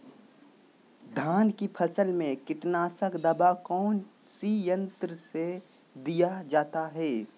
धान की फसल में कीटनाशक दवा कौन सी यंत्र से दिया जाता है?